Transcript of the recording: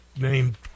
named